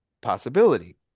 possibility